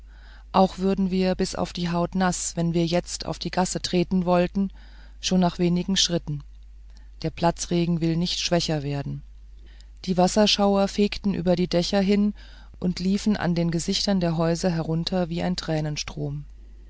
auch würden wir bis auf die haut naß wenn wir jetzt auf die gasse treten wollten schon nach wenigen schritten der platzregen will nicht schwächer werden die wasserschauer fegten über die dächer hin und liefen an den gesichtern der häuser herunter wie ein